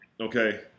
Okay